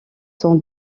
sont